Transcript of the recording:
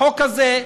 החוק הזה,